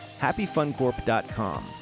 HappyFunCorp.com